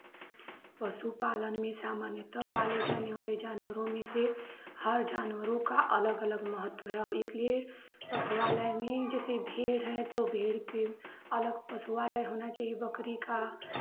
पशुपालन में सामान्यतः पाले जाने वाले जानवरों में से हर जानवरों का अलग अलग महत्व है अब इसलिये पशुआलय में जैसे भेंड़ है तो भेंड़ के अलग पशुआलय होना चाहिए बकरी का